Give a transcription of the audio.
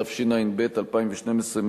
התשע"ב 2012,